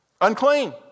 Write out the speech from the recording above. Unclean